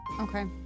Okay